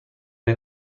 این